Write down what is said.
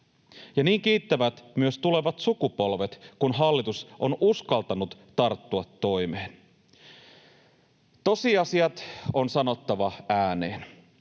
ja niin kiittävät myös tulevat sukupolvet, kun hallitus on uskaltanut tarttua toimeen. Tosiasiat on sanottava ääneen.